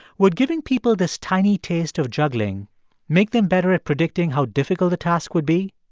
would giving people this tiny taste of juggling make them better at predicting how difficult the task would be?